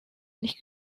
nicht